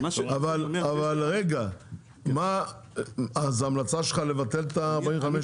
אז ההמלצה שלך לבטל את ה-45 יום?